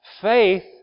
faith